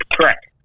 Correct